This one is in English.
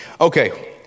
Okay